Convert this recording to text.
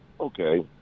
Okay